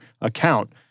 account